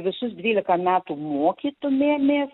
visus dvylika metų mokytumėmės